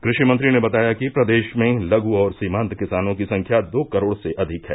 कृषि मंत्री ने बताया कि प्रदेश में लघ् और सीमात किसानों की संख्या दो करोड़ से अधिक है